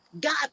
God